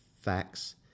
Facts